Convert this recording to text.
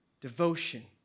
devotion